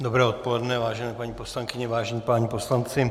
Dobré odpoledne, vážené paní poslankyně, vážení páni poslanci.